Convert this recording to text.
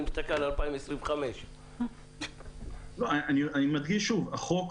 אני מסתכל על 2025. אני מדגיש שוב שהחוק,